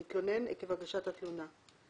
(מנגנון תלונה לילדים בהשמה חוץ ביתית),